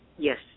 Yes